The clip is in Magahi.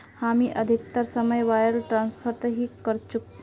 हामी अधिकतर समय वायर ट्रांसफरत ही करचकु